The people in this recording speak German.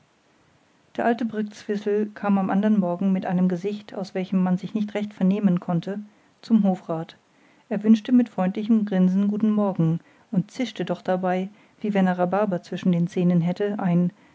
der alte brktzwisl kam am andern morgen mit einem gesicht aus welchem man sich nicht recht vernehmen konnte zum hofrat er wünschte mit freundlichem grinsen guten morgen und zischte doch dabei wie wenn er rhabarber zwischen den zähnen hätte ein